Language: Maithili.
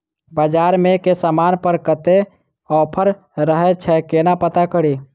बजार मे केँ समान पर कत्ते ऑफर रहय छै केना पत्ता कड़ी?